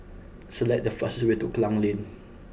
select the fastest way to Klang Lane